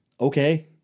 Okay